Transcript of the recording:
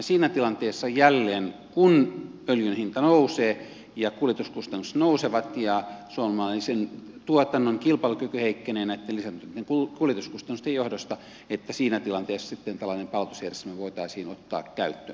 siinä tilanteessa jälleen kun öljyn hinta nousee ja kuljetuskustannukset nousevat ja suomalaisen tuotannon kilpailukyky heikkenee näitten lisääntyneiden kuljetuskustannusten johdosta tällainen palautusjärjestelmä voitaisiin ottaa käyttöön